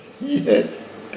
Yes